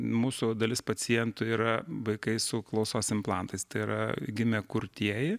mūsų dalis pacientų yra vaikai su klausos implantais tai yra gimė kurtieji